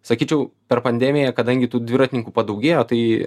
sakyčiau per pandemiją kadangi tų dviratininkų padaugėjo tai